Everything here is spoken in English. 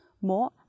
More